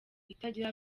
itagira